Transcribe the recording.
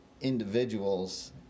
individuals